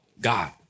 God